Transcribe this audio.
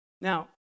Now